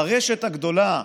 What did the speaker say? ברשת הגדולה,